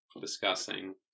discussing